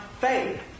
faith